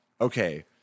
okay